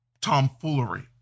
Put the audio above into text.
tomfoolery